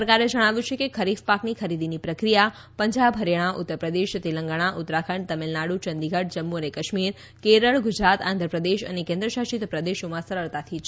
સરકારે જણાવ્યું છે કે ખરીફ પાકની ખરીદીની પ્રક્રિયા પંજાબ હરિયાણા ઉત્તર પ્રદેશ તેલંગાણા ઉત્તરાખંડ તમિળનાડુ ચંદીગઢ જમ્મુ અને કાશ્મીર કેરળ ગુજરાત આંધ્રપ્રદેશ અને કેન્દ્રશાસિત પ્રદેશોમાં સરળતાથી ચાલુ છે